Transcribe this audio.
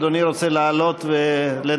אדוני רוצה לעלות ולנמק?